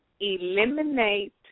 Eliminate